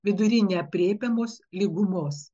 vidury neaprėpiamos lygumos